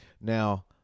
Now